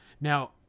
now